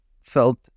felt